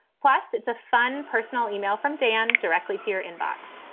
plus, it's a fun personal email from dan directly to your inbox.